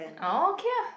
orh okay ah